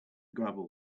gravel